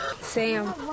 Sam